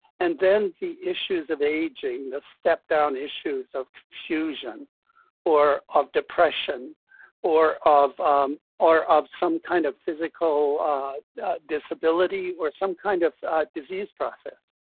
and then the issues of aging, the step down issues of confusion or of depression or of or of some kind of physical disability or some kind of disease process.